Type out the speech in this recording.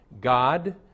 God